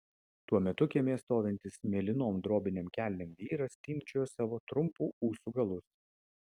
tuo metu kieme stovintis mėlynom drobinėm kelnėm vyras timpčiojo savo trumpų ūsų galus